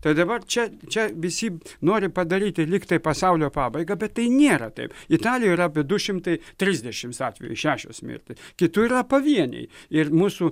tad dabar čia čia visi nori padaryti lygtai pasaulio pabaigą bet tai nėra taip italijoj yra apie du šimtai trisdešimts atvejų šešios mirtys kitur yra pavieniai ir mūsų